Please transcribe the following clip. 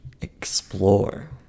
Explore